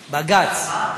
בג"ץ.